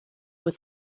with